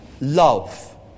love